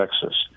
Texas